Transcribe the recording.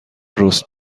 رست